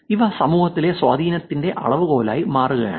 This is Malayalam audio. ഇവ സമൂഹത്തിലെ സ്വാധീനത്തിന്റെ അളവുകോലായി മാറുകയാണ്